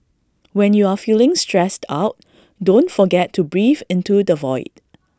when you are feeling stressed out don't forget to breathe into the void